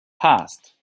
past